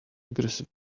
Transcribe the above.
aggressive